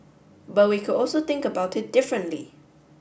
but we could also think about it differently